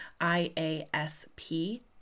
IASP